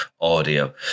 audio